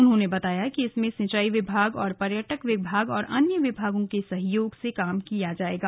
उन्होंने बताया कि इसमें सिंचाई विभाग पर्यटक विभाग और अन्य विभागों के सहयोग से काम किया जाएगा